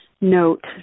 note